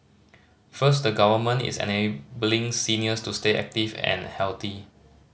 first the Government is enabling seniors to stay active and healthy